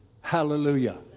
hallelujah